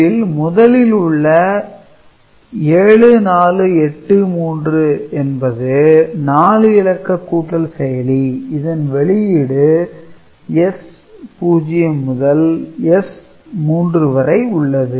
இதில் முதலில் உள்ள 7483 என்பது 4 இலக்க கூட்டல் செயலி இதன் வெளியீடு S0 - S3 வரை உள்ளது